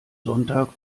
sonntag